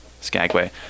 Skagway